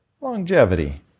longevity